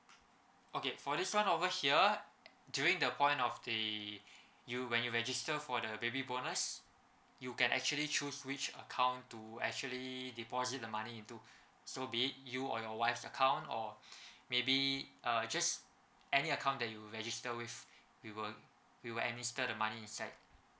okay for this [one] over here during the point of the you when you register for the baby bonus you can actually choose which account to actually deposit the money to so be it you or your wife's account or maybe uh just any account that you register with we will we will administer the money inside